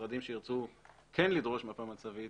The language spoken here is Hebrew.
משרדים שכן ירצו לדרוש מפה מצבית